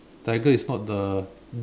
tiger is not the